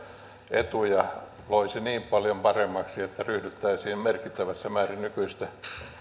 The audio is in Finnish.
etuja loisi niin paljon paremmiksi että ryhdyttäisiin merkittävässä määrin nykyistä